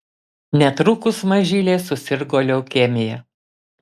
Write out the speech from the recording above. netrukus mažylė susirgo leukemija